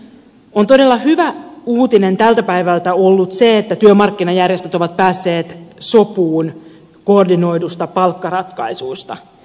on todella hyvä uutinen tältä päivältä ollut se että työmarkkinajärjestöt ovat päässeet sopuun koordinoidusta palkkaratkaisusta